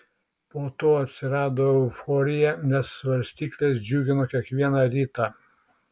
po to atsirado euforija nes svarstyklės džiugino kiekvieną rytą